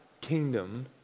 kingdom